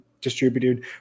distributed